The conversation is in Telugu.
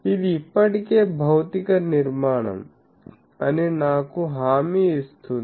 ఇది ఇప్పటికే భౌతిక నిర్మాణం అని నాకు హామీ ఇస్తుంది